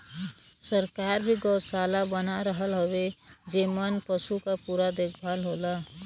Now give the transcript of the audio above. सरकार भी गौसाला बना रहल हउवे जेमन पसु क पूरा देखभाल होला